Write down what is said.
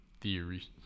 theories